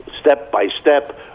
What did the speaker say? step-by-step